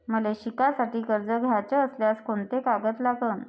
मले शिकासाठी कर्ज घ्याचं असल्यास कोंते कागद लागन?